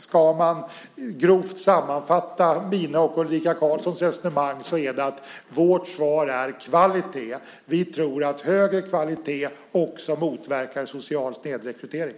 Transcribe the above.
Ska man grovt sammanfatta mina och Ulrika Carlssons resonemang blir det att vårt svar är kvalitet. Vi tror att högre kvalitet också motverkar social snedrekrytering.